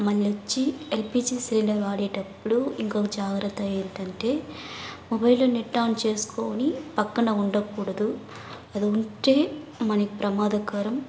మళ్ళొచ్చి LPG cylinder వాడేటప్పుడు ఇంకొక జాగ్రత్త ఏంటంటే మొబైల్లో నెట్ ఆన్ చేసుకుని పక్కన ఉండకూడదు అది ఉంటే మనకి ప్రమాదకరం